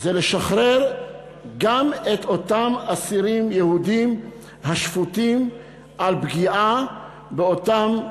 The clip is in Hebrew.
זה לשחרר גם את אותם אסירים יהודים השפוטים על פגיעה באותם ערבים.